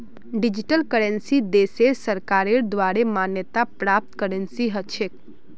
digital currency देशेर सरकारेर द्वारे मान्यता प्राप्त करेंसी ह छेक